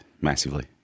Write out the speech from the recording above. massively